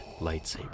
lightsaber